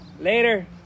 Later